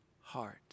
heart